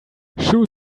shoot